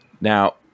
Now